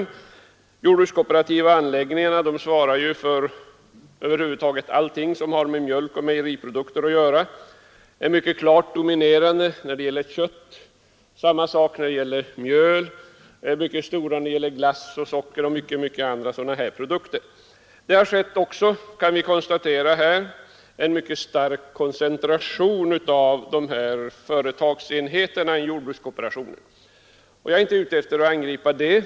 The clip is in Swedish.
De jordbrukskooperativa anläggningarna svarar för över huvud taget allt som har med mjölk och mejeriprodukter att göra, de är mycket dominerande när det gäller kött och mjöl samt är mycket stora när det gäller glass och socker och många andra liknande produkter. Vi kan också konstatera att det har skett en mycket stark koncentration av företagsenheterna i jordbrukskooperationen, och jag är inte ute efter att angripa den saken.